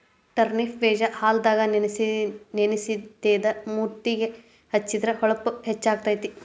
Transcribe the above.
turnip ಬೇಜಾ ಹಾಲದಾಗ ನೆನಸಿ ತೇದ ಮೂತಿಗೆ ಹೆಚ್ಚಿದ್ರ ಹೊಳಪು ಹೆಚ್ಚಕೈತಿ